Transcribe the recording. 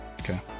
okay